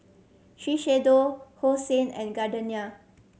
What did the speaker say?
Shiseido Hosen and Gardenia